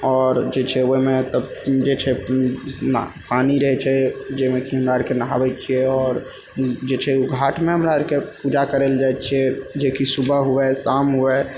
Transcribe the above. आओर जे छै ओहिमे तब जे छै पानि रहै छै जाहिमे कि हमरा अरके नहाबै छियै आओर जे छै ओ घाटमे हमरा अरके पूजा करल जाइ छियै जेकि सुबह हुवे शाम हुवे